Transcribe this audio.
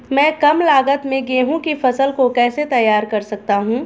मैं कम लागत में गेहूँ की फसल को कैसे तैयार कर सकता हूँ?